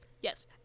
yes